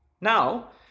Now